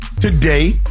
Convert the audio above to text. Today